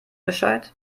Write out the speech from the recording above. bescheid